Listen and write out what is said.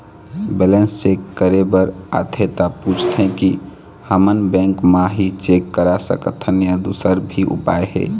Balance check करे बर आथे ता पूछथें की हमन बैंक मा ही चेक करा सकथन या दुसर भी उपाय हे?